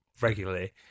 regularly